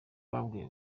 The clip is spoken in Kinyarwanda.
bakwiye